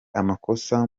amakosa